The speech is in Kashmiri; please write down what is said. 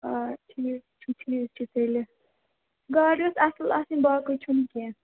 آ ٹھیٖک چھُ ٹھیٖک چھُ تیٚلہِ گاڈٕ گَژھِ اَصٕل آسٕنۍ باقٕے چھُنہٕ کیٚنٛہہ